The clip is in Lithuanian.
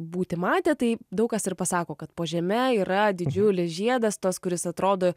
būti matę tai daug kas ir pasako kad po žeme yra didžiulis žiedas tas kuris atrodo